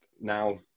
now